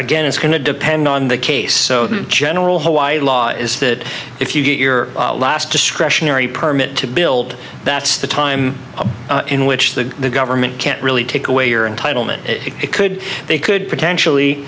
again it's going to depend on the case so the general hawaii law is that if you get your last discretionary permit to build that's the time in which the the government can't really take away your entitle it it could they could potentially